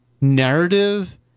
narrative